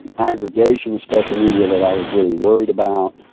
aggregation, special media that i was really worried about.